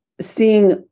seeing